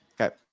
Okay